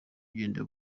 igenda